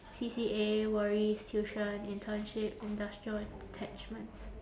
C_C_A worries tuition internship industrial attachments